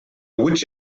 which